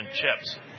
Chips